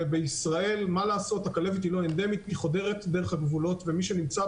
בישראל הכלבת חודרת דרך הגבולות ומי שנמצא